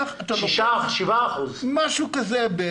משהו כזה.